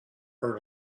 earn